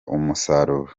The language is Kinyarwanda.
umusaruro